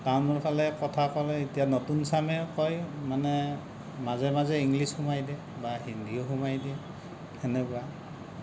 টাউনৰ ফালে কথা ক'লে এতিয়া নতুন চামেও কয় মানে মাজে মাজে ইংলিছ সুমোৱাই দিয়ে বা হিন্দীও সুমোৱাই দিয়ে সেনেকুৱা